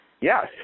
Yes